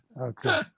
Okay